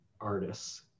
artists